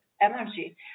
energy